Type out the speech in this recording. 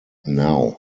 now